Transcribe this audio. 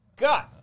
God